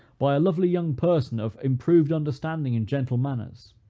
by a lovely young person, of improved understanding and gentle manners,